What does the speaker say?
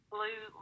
blue